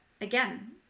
again